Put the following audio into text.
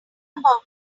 about